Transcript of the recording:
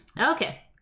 Okay